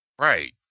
Right